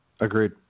Agreed